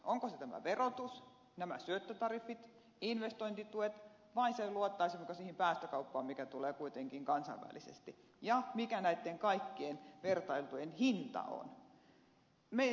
onko se tämä verotus nämä syöttötariffit investointituet vai luottaisimmeko siihen päästökauppaan mikä tulee kuitenkin kansainvälisesti ja mikä näitten kaikkien vertailtujen hinta on